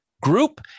Group